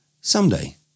someday